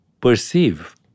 perceive